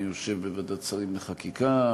אני יושב בוועדת שרים לחקיקה,